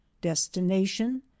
destination